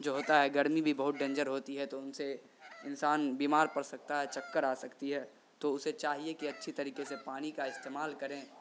جو ہوتا ہے گرمی بھی بہت ڈینجر ہوتی ہے تو ان سے انسان بیمار پڑ سکتا ہے چکر آ سکتی ہے تو اسے چاہیے کہ اچھی طریقے سے پانی کا استعمال کریں